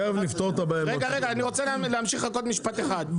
אני רוצה להמשיך עוד משפט אחד.